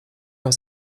auch